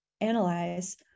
analyze